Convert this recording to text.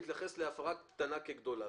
להתייחס להפרה קטנה כגדולה.